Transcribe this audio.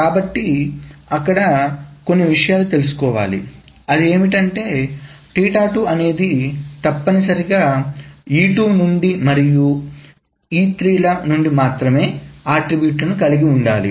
కాబట్టి అక్కడ కొన్ని విషయాలు తెలుసుకోవాలి అది అనేది తప్పనిసరిగా E2 నుండి మరియు E3 ల నుండి మాత్రమే అట్రిబ్యూట్ కలిగి ఉండాలి